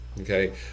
okay